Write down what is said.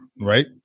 Right